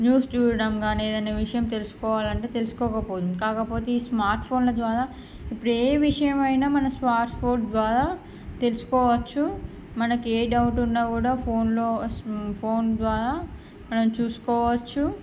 news చూడడం కానీ ఏదైనా విషయం తెలుసుకోవాలి అంటే తెలుసుకోకపోదు కాకపోతే ఈ స్మార్ట్ఫోన్ల ద్వారా ఇప్పుడు ఏ విషయమైన మన స్మార్ట్ ఫోన్ ద్వారా తెలుసుకోవచ్చు మనకి ఏ డౌట్ ఉన్నా కూడా ఫోన్లో ఫోన్ ద్వారా మనం చూసుకోవచ్చు